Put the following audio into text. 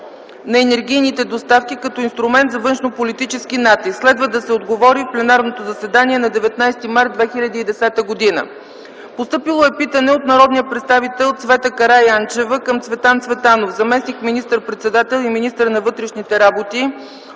на енергийните доставки като инструмент за външнополитически натиск. Следва да се отговори в пленарното заседание на 19 март 2010 г. Постъпило е питане от народния представител Цвета Караянчева към Цветан Цветанов - заместник министър-председател и министър на вътрешните работи,